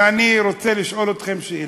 ואני רוצה לשאול אתכם שאלה.